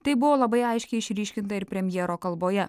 tai buvo labai aiškiai išryškinta ir premjero kalboje